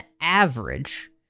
average